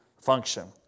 function